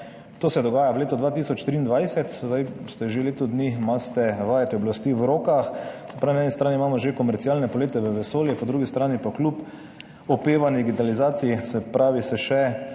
To se dogaja v letu 2023. Zdaj ste že leto dni, imate vajeti oblasti v rokah. Se pravi, na eni strani imamo že komercialne polete v vesolje, po drugi strani pa kljub opevani digitalizaciji, 39. TRAK: